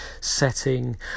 setting